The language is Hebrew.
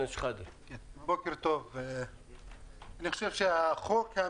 התיקון לחוק צריך להיות לתקופה קצרה ביותר,